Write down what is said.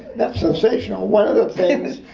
that's sensational, one of the things.